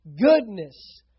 goodness